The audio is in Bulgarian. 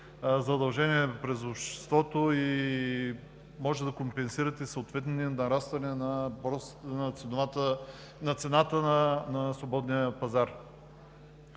задължения през обществото може да компенсирате съответно нарастване на цената на свободния пазар.